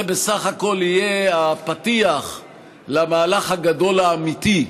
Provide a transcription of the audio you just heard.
זה בסך הכול יהיה הפתיח למהלך הגדול האמיתי,